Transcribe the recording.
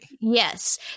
Yes